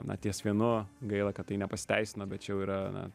na ties vienu gaila kad tai nepasiteisino bet čia jau yra na